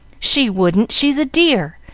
she wouldn't! she's a dear!